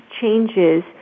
changes